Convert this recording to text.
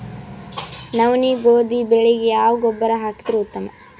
ನವನಿ, ಗೋಧಿ ಬೆಳಿಗ ಯಾವ ಗೊಬ್ಬರ ಹಾಕಿದರ ಉತ್ತಮ?